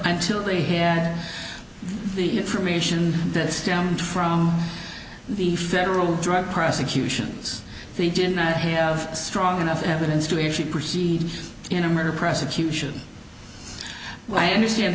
until they had the information that stemmed from the federal drug prosecutions they did not have strong enough evidence to actually proceed in a murder prosecution i understand